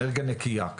אנרגיה נקייה.